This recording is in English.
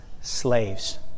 slaves